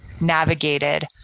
navigated